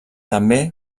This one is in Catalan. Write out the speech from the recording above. també